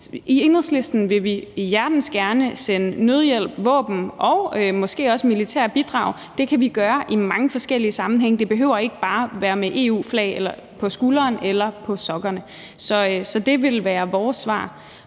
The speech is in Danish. I Enhedslisten vil vi hjertens gerne sende nødhjælp, våben og måske også militære bidrag, men det kan vi gøre i mange forskellige sammenhænge, og det behøver ikke bare være med EU-flag på skulderen eller på sokkerne. Så det vil være vores svar.